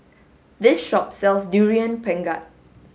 this shop sells durian pengat